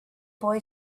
boy